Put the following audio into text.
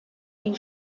die